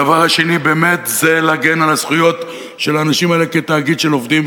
הדבר השני באמת זה להגן על הזכויות של העובדים האלה כתאגיד של עובדים,